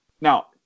Now